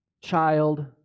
child